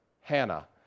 Hannah